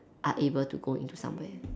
are able to go into somewhere